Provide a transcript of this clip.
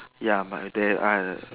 ya by then I